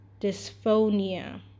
dysphonia